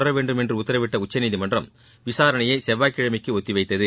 தொடர வேண்டும் என்று உத்தரவிட்ட உச்சநீதிமன்றம் விசாரணையை செவ்வாய் கிழமைக்கு ஒத்தி வைத்தது